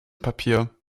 papier